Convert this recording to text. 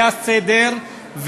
זה הסדר,